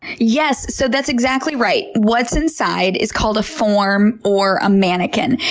yes. so that's exactly right. what's inside is called a form or a mannequin.